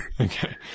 Okay